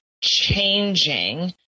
changing